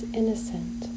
innocent